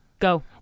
Go